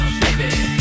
baby